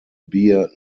beer